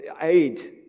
aid